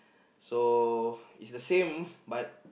so is the same but